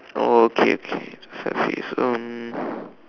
oh okay okay fat face um